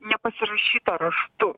nepasirašytą raštu